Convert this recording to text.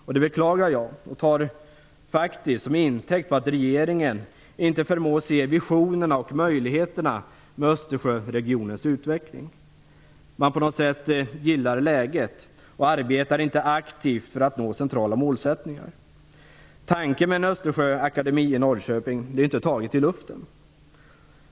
Jag beklagar det och tar det faktiskt som intäkt på att regeringen inte förmår se visionerna och möjligheterna med Östersjöregionens utveckling. På något sätt gillar man läget och arbetar inte aktivt för att nå centrala målsättningar. Tanken med en Östersjöakademi i Norrköping är inte tagen ur luften.